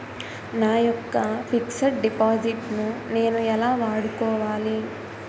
నా యెక్క fixed deposit ను నేను ఎలా వాడుకోవాలి?